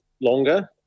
longer